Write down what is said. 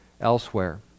elsewhere